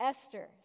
Esther